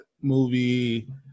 movie